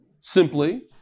simply